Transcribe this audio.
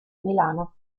milano